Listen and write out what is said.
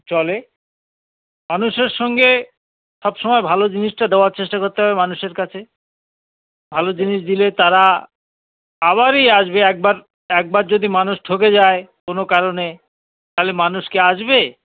চলে মানুষের সঙ্গে সবসময় ভালো জিনিসটা দেওয়ার চেষ্টা করতে হবে মানুষের কাছে ভালো জিনিস দিলে তারা আবারও আসবে একবার একবার যদি মানুষ ঠকে যায় কোনো কারণে তাহলে মানুষ কি আসবে